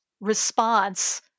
response